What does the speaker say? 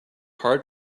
hard